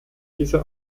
diese